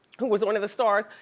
who was one of the stars,